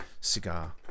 cigar